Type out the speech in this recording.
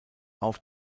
auf